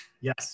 Yes